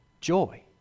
joy